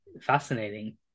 fascinating